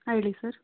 ಹಾಂ ಹೇಳಿ ಸರ್